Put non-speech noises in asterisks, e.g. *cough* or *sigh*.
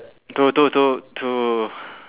to to to to *breath*